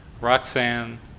roxanne